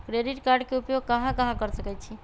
Credit card के उपयोग कहां कहां कर सकईछी?